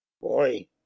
boy